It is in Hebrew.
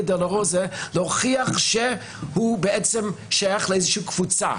דולורוזה להוכיח שהוא בעצם שייך לאיזושהי קבוצה,